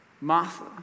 Martha